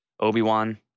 Obi-Wan